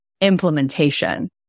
implementation